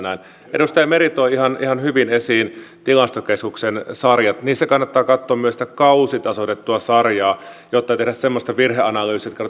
edustaja meri toi ihan hyvin esiin tilastokeskuksen sarjat niistä kannattaa katsoa kausitasoitettua sarjaa joittei tehdä semmoista virheanalyysiä että katsotaan